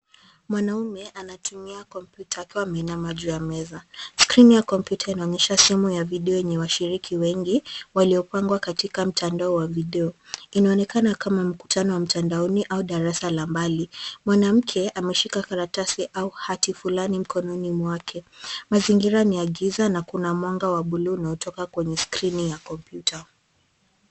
Mwanaume anatumia kompyuta akiwa ameinama juu ya meza. Skrini ya kompyuta inaonyesha simu ya video yenye washiriki wengi waliopangwa katika mtandao wa video. Inaonekana kama mkutano wa mtandaoni au darasa la mbali. Mwanamke ameshika karatasi au hati fulani mkononi mwake. Mazingira ni ya giza na kuna mwanga wa buluu unaotoka kwenye skrini ya kompyuta.